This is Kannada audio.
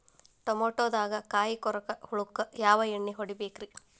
ಟಮಾಟೊದಾಗ ಕಾಯಿಕೊರಕ ಹುಳಕ್ಕ ಯಾವ ಎಣ್ಣಿ ಹೊಡಿಬೇಕ್ರೇ?